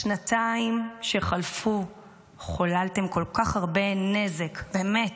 בשנתיים שחלפו חוללתם כל כך הרבה נזק, באמת,